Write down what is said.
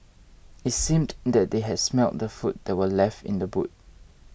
it seemed that they had smelt the food that were left in the boot